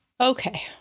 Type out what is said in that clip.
Okay